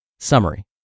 Summary